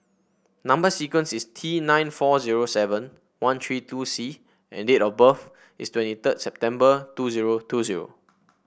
number sequence is T nine four zero seven one three two C and date of birth is twenty third September two zero two zero